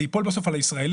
זה ייפול בסוף על הישראלים.